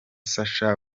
sacha